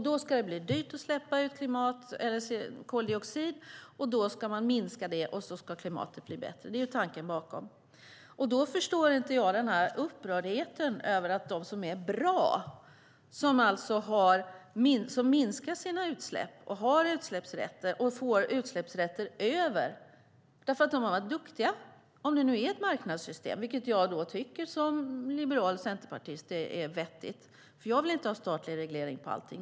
Det ska vara dyrt att släppa ut koldioxid, och därför ska det minskas. Då blir klimatet bättre. Det är tanken bakom systemet. Jag förstår inte upprördheten. Om man varit duktig och minskat sina utsläpp, och därmed har utsläppsrätter, ska man kunna sälja de utsläppsrätter man får över. Det gäller om vi har ett marknadssystem, vilket jag som liberal centerpartist tycker är vettigt. Jag vill inte ha statlig reglering av allting.